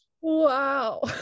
wow